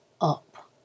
up